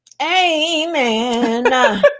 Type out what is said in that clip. amen